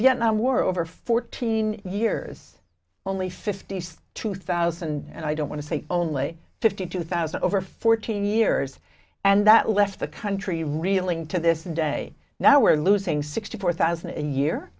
vietnam war over fourteen years only fifty two thousand and i don't want to say only fifty two thousand over fourteen years and that left the country reeling to this day now we're losing sixty four thousand a year